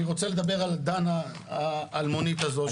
אני רוצה לדבר על דנה האלמונית הזאת,